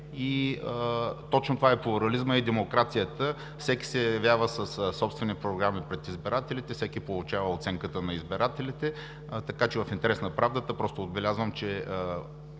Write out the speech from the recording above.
Точно това е плурализмът и демокрацията – всеки се явява със собствени програми пред избирателите, всеки получава оценката на избирателите. В интерес на правдата отбелязвам, че